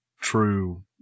true